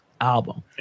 album